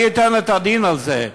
מי ייתן את הדין על זה?